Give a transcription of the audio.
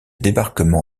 débarquement